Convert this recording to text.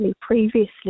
previously